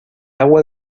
agua